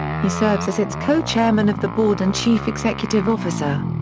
he serves as its co-chairman of the board and chief executive officer.